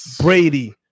Brady